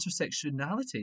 intersectionality